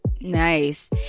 Nice